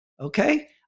Okay